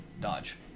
dodge